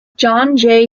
john